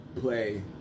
play